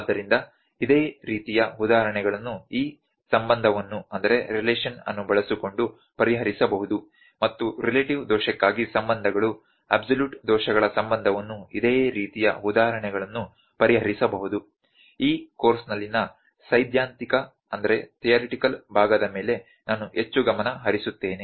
ಆದ್ದರಿಂದ ಇದೇ ರೀತಿಯ ಉದಾಹರಣೆಗಳನ್ನು ಈ ಸಂಬಂಧವನ್ನು ಬಳಸಿಕೊಂಡು ಪರಿಹರಿಸಬಹುದು ಮತ್ತು ರಿಲೇಟಿವ್ ದೋಷಕ್ಕಾಗಿ ಸಂಬಂಧಗಳು ಅಬ್ಸಲ್ಯೂಟ್ ದೋಷಗಳ ಸಂಬಂಧವನ್ನು ಇದೇ ರೀತಿಯ ಉದಾಹರಣೆಗಳನ್ನು ಪರಿಹರಿಸಬಹುದು ಈ ಕೋರ್ಸ್ನಲ್ಲಿನ ಸೈದ್ಧಾಂತಿಕ ಭಾಗದ ಮೇಲೆ ನಾನು ಹೆಚ್ಚು ಗಮನ ಹರಿಸುತ್ತೇನೆ